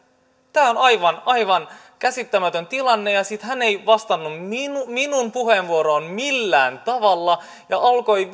tämä on aivan aivan käsittämätön tilanne ja sitten hän ei vastannut minun puheenvuorooni millään tavalla vaan alkoi